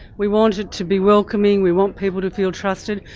we want it to be welcoming, we want people to feel trusted,